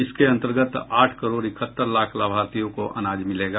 इसके अन्तर्गत आठ करोड़ इकहत्तर लाख लाभार्थियों को अनाज मिलेगा